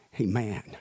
Amen